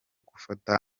gufata